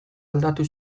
aldatu